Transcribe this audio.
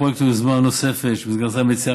פרויקט זה הוא יוזמה נוספת שבמסגרתה מציעה